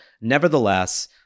Nevertheless